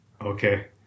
Okay